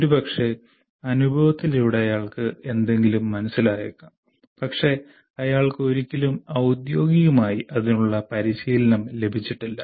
ഒരുപക്ഷേ അനുഭവത്തിലൂടെ അയാൾക്ക് എന്തെങ്കിലും മനസ്സിലായേക്കാം പക്ഷേ അയാൾക്ക് ഒരിക്കലും ഔദ്യോഗികമായി അതിനുള്ള പരിശീലനം ലഭിച്ചിട്ടില്ല